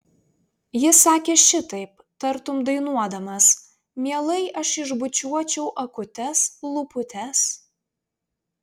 jis sakė šitaip tartum dainuodamas mielai aš išbučiuočiau akutes lūputes